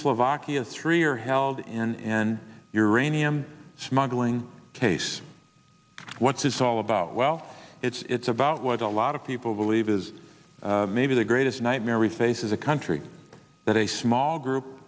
slovakia three are held in your rainy i'm smuggling case what's it's all about well it's about what a lot of people believe is maybe the greatest nightmare we face as a country that a small group